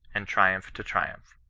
and triumph to triumph.